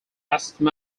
assistant